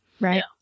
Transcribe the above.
Right